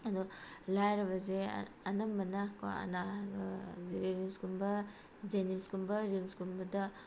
ꯑꯗꯨ ꯂꯥꯏꯔꯕꯁꯦ ꯑꯅꯝꯕꯅ ꯀꯣ ꯔꯤꯝꯁꯀꯨꯝꯕ ꯖꯦꯅꯤꯝꯁꯀꯨꯝꯕ ꯔꯤꯝꯁꯀꯨꯝꯕꯗ